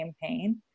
campaign